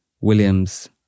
Williams